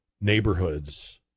neighborhoods